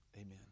Amen